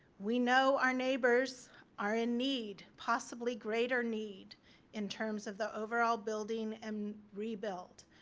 we know our neighbors are in need possibly greater need in terms of the overall building and rebuilt.